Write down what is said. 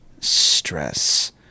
stress